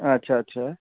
अच्छा अच्छा